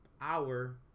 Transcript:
hour